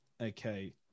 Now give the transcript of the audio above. okay